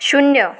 ଶୂନ୍ୟ